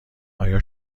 آیا